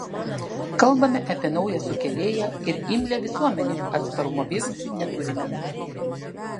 kalbame apie naują sukėlėją ir imlią visuomenę atsparumo virusui neturime